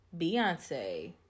Beyonce